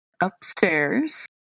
upstairs